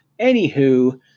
Anywho